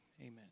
amen